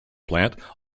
plant